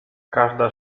każda